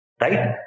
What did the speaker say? right